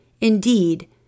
Indeed